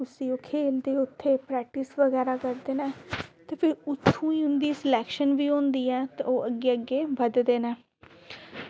ते उस्सी खेल्लदे इत्थें प्रैक्टिस बगैरा करदे न ते उत्थुं ई इं'दी फिर सिलेक्शन बी होंदी ऐ ते ओह् अग्गें अग्गें बधदे न